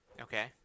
Okay